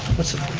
what's the